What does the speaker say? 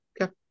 Okay